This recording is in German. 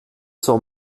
zur